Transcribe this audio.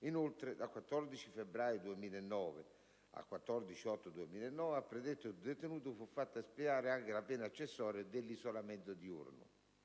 Inoltre, dal 14 febbraio 2009 al 14 agosto 2009 al predetto detenuto fu fatta espiare anche la pena accessoria dell'isolamento diurno.